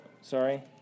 sorry